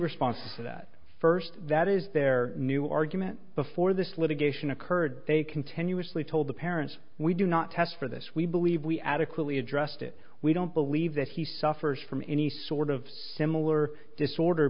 respond to that first that is their new argument before this litigation occurred they continuously told the parents we do not test for this we believe we adequately addressed it we don't believe that he suffers from any sort of similar disorder